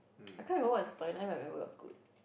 I can't remember what's the storyline but I remember it was good